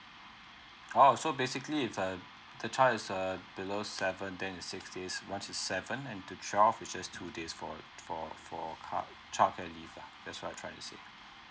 oh so basically if uh the child is err below seven then six days once it's seven and twelve is just two days for for for ha childcare leave lah that's what you trying to say